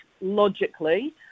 logically